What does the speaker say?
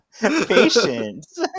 Patience